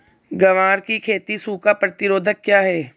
ग्वार की खेती सूखा प्रतीरोधक है क्या?